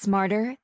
Smarter